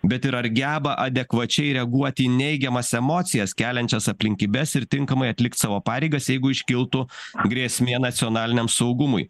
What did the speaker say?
bet ir ar geba adekvačiai reaguoti į neigiamas emocijas keliančias aplinkybes ir tinkamai atlikt savo pareigas jeigu iškiltų grėsmė nacionaliniam saugumui